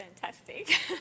fantastic